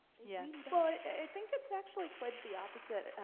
yeah. well, i think it's actually quite the opposite.